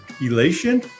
elation